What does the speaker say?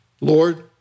Lord